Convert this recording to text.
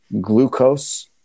glucose